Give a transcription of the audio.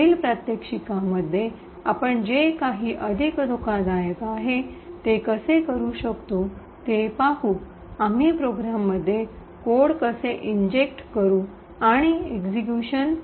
पुढील प्रात्यक्षिकेमध्ये आपण जे काही अधिक धोकादायक आहे ते कसे करू शकतो ते पाहू आम्ही प्रोग्राममध्ये कोड कसे इंजेक्ट करू आणि अंमलात आणलेल्याला पेलोड एक्सिक्यूट करू शकतो ते पाहू